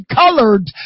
colored